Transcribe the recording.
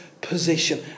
position